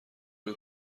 روی